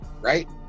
Right